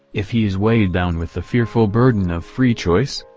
if he is weighed down with the fearful burden of free choice?